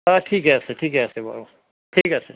অঁ ঠিকে আছে ঠিকে আছে বাৰু ঠিক আছে